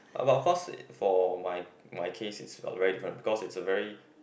but of course for my my case it's uh very different because it's a very